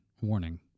warning